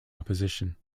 opposition